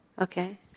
Okay